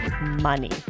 money